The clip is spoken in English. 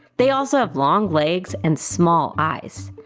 they also have long legs and small eyes.